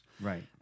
Right